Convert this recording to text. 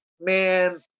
man